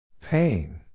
Pain